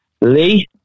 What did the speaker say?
Lee